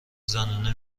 زنونه